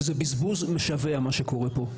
זה בזבוז משווע מה שקורה פה.